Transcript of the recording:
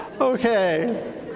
Okay